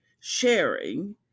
sharing